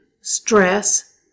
stress